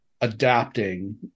adapting